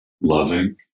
loving